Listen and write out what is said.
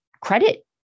credit